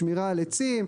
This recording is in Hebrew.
שמירה על עצים,